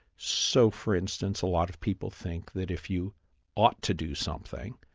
so, for instance, a lot of people think that if you ought to do something,